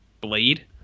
Blade